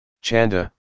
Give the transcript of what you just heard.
Chanda